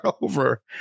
over